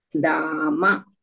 Dama